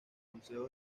consejo